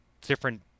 different